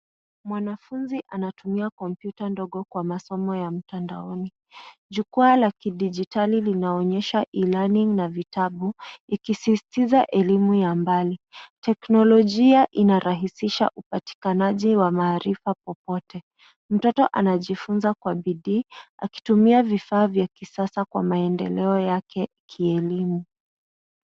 Mwanafunzi anatumia kompyuta ndogo kwa masomo ya mtandaoni. Jukwaa la kidijitali linaonyesha ilani na vitabu ikisisitiza elimu ya mbali. Teknolojia inarahisisha upatikanaji wa maarifa popote. Mtoto anajifunza kwa bidii akitumia vifaa vya kisasa kwa maendeleo yake kielimu.